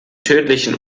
tödlichen